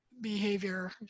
behavior